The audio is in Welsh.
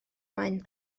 maen